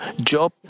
Job